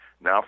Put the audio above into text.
Now